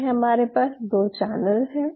ये हमारे पास दो चैनल हैं